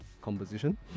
composition